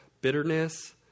bitterness